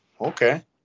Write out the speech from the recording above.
okay